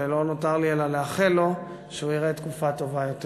ולא נותר לי אלא לאחל לו שהוא יראה תקופה טובה יותר.